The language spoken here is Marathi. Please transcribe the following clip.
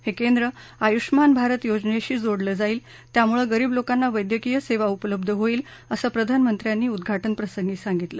हे केंद्र आयुष्यमान भारत योजनेशी जोडलं जाईल त्यामुळं गरीब लोकांना वैदयकीय सेवा उपलब्ध होईल असं प्रधानमंत्र्यांनी उद्दाटनप्रसंगी सांगितलं